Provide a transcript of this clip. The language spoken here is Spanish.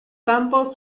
campos